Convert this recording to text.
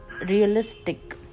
realistic